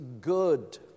good